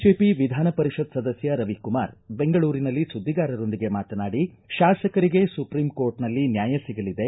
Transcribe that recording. BJP ವಿಧಾನ ಪರಿಷತ್ ಸದಸ್ಕ ರವಿ ಕುಮಾರ್ ಬೆಂಗಳೂರಿನಲ್ಲಿ ಸುದ್ದಿಗಾರರೊಂದಿಗೆ ಮಾತನಾಡಿ ಶಾಸಕರಿಗೆ ಸುಪ್ರೀಂ ಕೋರ್ಟ್ನಲ್ಲಿ ನ್ಯಾಯ ಸಿಗಲಿದೆ